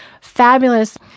fabulous